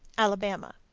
alabama.